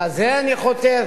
לזה אני חותר,